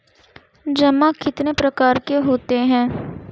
जमा कितने प्रकार के होते हैं?